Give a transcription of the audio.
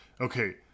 okay